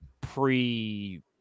pre